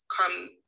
come